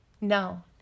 No